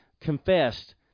confessed